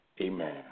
Amen